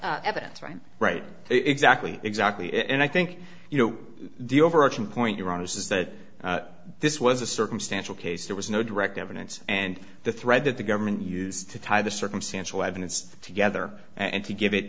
have evidence right right exactly exactly and i think you know the overarching point iran is that this was a circumstantial case there was no direct evidence and the thread that the government used to tie the circumstantial evidence together and to give it